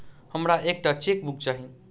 हमरा एक टा चेकबुक चाहि